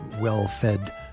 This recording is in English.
well-fed